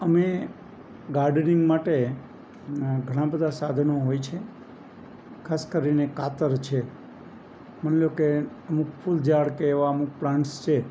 અમે ગાર્ડનીંગ માટેના ઘણા બધા સાધનો હોય છે ખાસ કરીને કાતર છે માની લો કે અમુક ફૂલ ઝાડ કે એવા અમુક પ્લાન્ટ્સ છે